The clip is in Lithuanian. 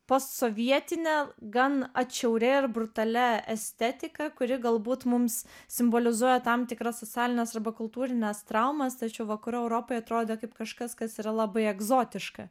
posovietine gan atšiauria ir brutalia estetika kuri galbūt mums simbolizuoja tam tikras socialines arba kultūrines traumas tačiau vakarų europoje atrodė kaip kažkas kas yra labai egzotiška